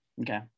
Okay